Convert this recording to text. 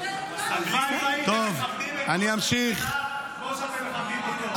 הלוואי שהייתם מכבדים את ראש הממשלה כמו שאתם מכבדים אותו.